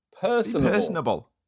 Personable